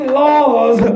laws